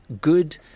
good